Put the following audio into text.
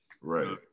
Right